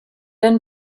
and